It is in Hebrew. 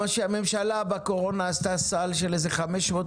הממשלה בקורונה עשתה סל של איזה חמש מאות